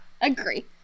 Agree